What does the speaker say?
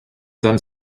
done